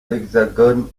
l’hexagone